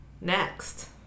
next